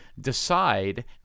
decide